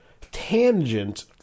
tangent